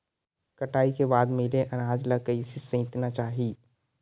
कटाई के बाद मिले अनाज ला कइसे संइतना चाही?